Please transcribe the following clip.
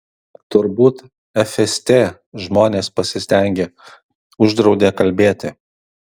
turbūt fst žmonės pasistengė uždraudė kalbėti